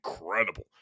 incredible